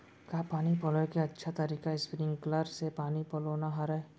का पानी पलोय के अच्छा तरीका स्प्रिंगकलर से पानी पलोना हरय?